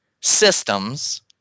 systems